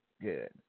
Good